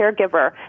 caregiver